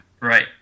Right